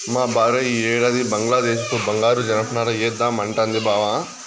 మా భార్య ఈ ఏడాది బంగ్లాదేశపు బంగారు జనపనార ఏద్దామంటాంది బావ